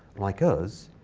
like us,